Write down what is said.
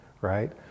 right